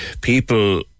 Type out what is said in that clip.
people